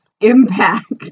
impact